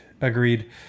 agreed